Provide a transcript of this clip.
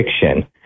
fiction